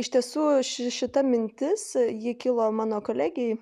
iš tiesų ši šita mintis ji kilo mano kolegei